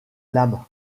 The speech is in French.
lame